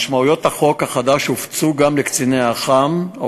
משמעויות החוק החדש הופצו גם לקציני האח"ם,